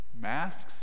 masks